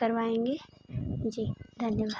करवाएंगे जी धन्यवाद